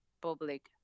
public